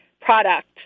product